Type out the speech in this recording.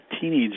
teenage